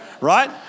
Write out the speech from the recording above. right